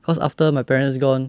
cause after my parents gone